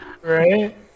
Right